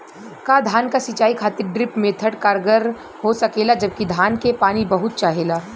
का धान क सिंचाई खातिर ड्रिप मेथड कारगर हो सकेला जबकि धान के पानी बहुत चाहेला?